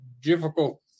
difficult